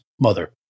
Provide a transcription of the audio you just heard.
mother